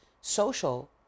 social